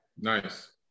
Nice